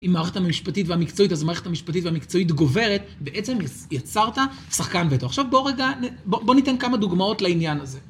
אם המערכת המשפטית והמקצועית, אז המערכת המשפטית והמקצועית גוברת, ובעצם יצרת שחקן בתוך. עכשיו בוא רגע, בוא ניתן כמה דוגמאות לעניין הזה.